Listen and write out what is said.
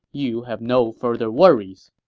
you have no further worries.